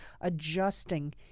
adjusting